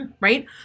right